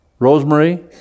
Rosemary